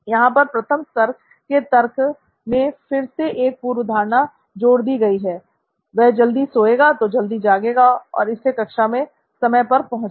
यहां पर प्रथम स्तर के तर्क में फिर से एक पूर्व धारणा जोड़ दी गई है वह जल्दी सोएगा तो जल्दी जागेगा और इसलिए कक्षा में समय पर पहुँचेगा